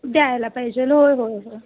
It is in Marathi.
द्यायला पाहिजेल होय होय होय